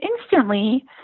instantly